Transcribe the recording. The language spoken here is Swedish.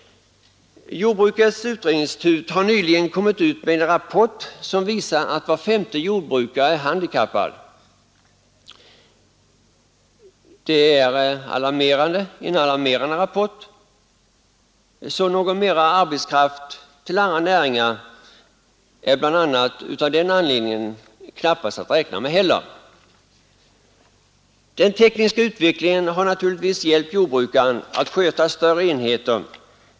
Jordbrukets utredningsinstitut har nyligen kommit ut med en rapport som visar att var femte jordbrukare är handikappad. Det är en alarmerande rapport. Så någon mera arbetskraft till andra näringar är bl.a. av den anledningen knappast att räkna med. Den tekniska utvecklingen har naturligtvis hjälpt jordbrukaren att sköta större enheter.